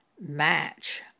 match